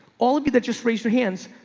all of you that just raised your hands.